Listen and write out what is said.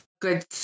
good